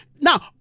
Now